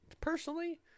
personally